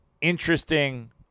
interesting